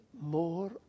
more